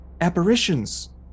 apparitions